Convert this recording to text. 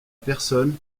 personnes